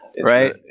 Right